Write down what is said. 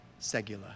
segula